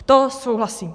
To souhlasím.